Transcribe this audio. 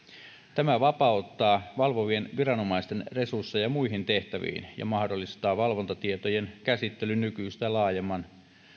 tämä vapauttaa valvovien viranomaisten resursseja muihin tehtäviin ja mahdollistaa valvontatietojen käsittelyn nykyistä laajemman